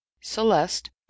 celeste